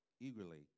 eagerly